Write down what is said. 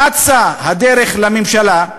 שאצה הדרך לממשלה,